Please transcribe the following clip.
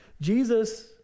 Jesus